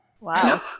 Wow